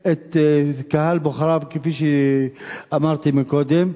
את קהל בוחריו, כפי שאמרתי מקודם.